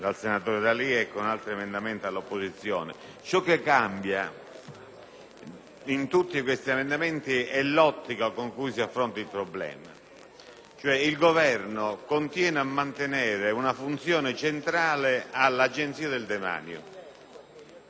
ciò che cambia è l'ottica con cui si affronta il problema. Il Governo continua a mantenere una funzione centrale all'Agenzia del demanio, mentre noi riteniamo che il problema della gestione